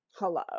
hello